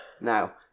now